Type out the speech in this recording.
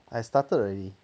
I started already